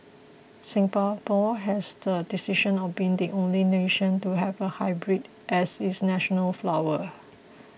Singapore has the distinction of being the only nation to have a hybrid as its national flower